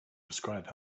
describe